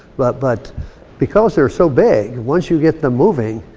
but but, because they're so big, once you get them moving,